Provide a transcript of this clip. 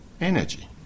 energy